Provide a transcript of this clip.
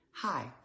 Hi